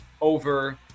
Over